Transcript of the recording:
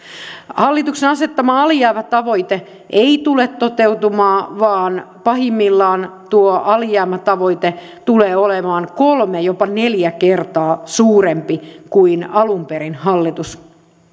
hallituksen asettama alijäämätavoite ei tule toteutumaan vaan pahimmillaan tuo alijäämätavoite tulee olemaan kolme jopa neljä kertaa suurempi kuin alun perin hallitus